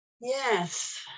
Yes